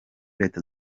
leta